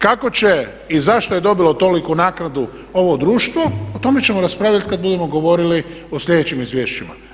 Kako će i zašto je dobilo toliku naknadu ovo društvo, o tome ćemo raspravljati kad budemo govorili o sljedećim izvješćima.